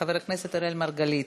חבר הכנסת אראל מרגלית,